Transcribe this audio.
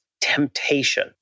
temptation